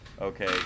Okay